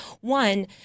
One